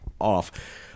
off